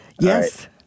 Yes